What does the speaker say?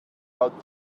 out